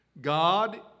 God